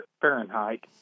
Fahrenheit